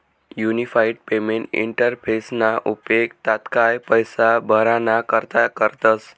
unified payment इंटरफेसना उपेग तात्काय पैसा भराणा करता करतस